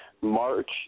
March